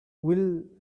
will